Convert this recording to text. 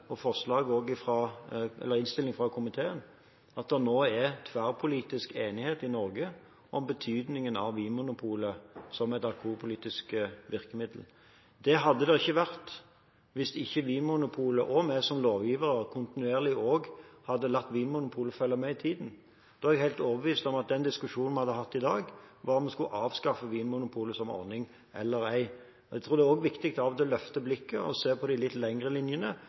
at det nå er tverrpolitisk enighet i Norge om betydningen av Vinmonopolet som et alkoholpolitisk virkemiddel. Det hadde det ikke vært hvis ikke vi som lovgivere kontinuerlig hadde latt også Vinmonopolet følge med i tiden. Da er jeg helt overbevist om at den diskusjonen vi hadde hatt i dag, var om vi skulle avskaffe Vinmonopolet som ordning eller ei. Jeg tror det er viktig av og til å løfte blikket og se på de litt lengre linjene